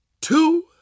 two